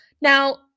Now